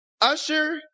Usher